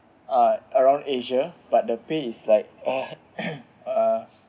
uh around asia but the pay is like uh